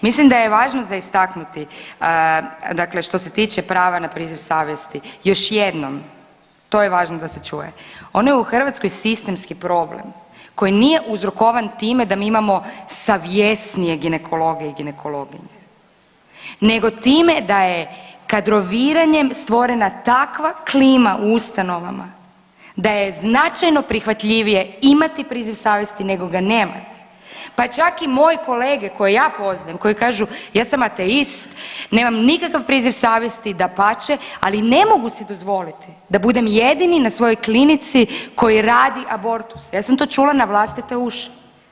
Mislim da je važno za istaknuti dakle što se tiče prava na priziv savjesti, još jednom to je važno da se čuje, on je u Hrvatskoj sistemski problem koji nije uzrokovan time da mi imamo savjesnije ginekologe i ginekologinje nego time da je kadroviranjem stvorena takva klima u ustanovama da je značajno prihvatljivije imati priziv savjesti nego ga nemati, pa čak i moje kolege koje ja poznajem koje kažu ja sam ateist nemam nikakav priziv savjesti dapače, ali ne mogu si dozvoliti da budem jedini na svojoj klinici koji radi abortus, ja sam to čula na vlastite uši.